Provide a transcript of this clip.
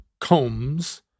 Combs